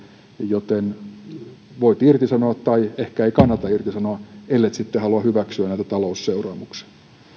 joten voi irtisanoa tai ehkä ei kannata irtisanoa ellei sitten halua hyväksyä näitä talousseuraamuksia